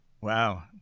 Wow